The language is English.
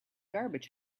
garbage